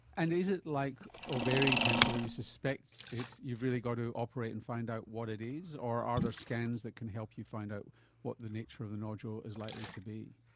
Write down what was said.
and is it like ovarian cancer where if you suspect it you've really got to operate and find out what it is, or are there scans that can help you find out what the nature of the nodule is likely to be?